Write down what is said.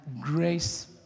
grace